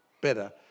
better